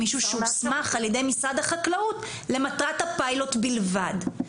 מישהו שהוסמך על ידי משרד החקלאות למטרת הפיילוט בלבד.